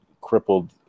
crippled